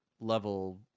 level